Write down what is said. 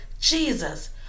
Jesus